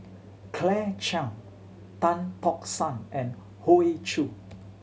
Claire Chiang Tan Tock San and Hoey Choo